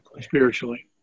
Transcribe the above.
Spiritually